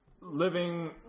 living